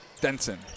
Denson